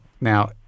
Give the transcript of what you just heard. now